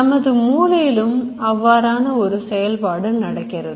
நமது மூளையிலும் அவ்வாறான ஒரு செயல்பாடு நடக்கிறது